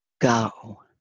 go